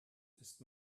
ist